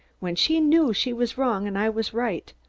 when she knew she was wrong and i was right,